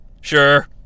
Sure